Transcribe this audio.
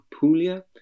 Puglia